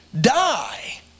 die